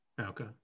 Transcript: Okay